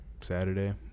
Saturday